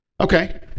Okay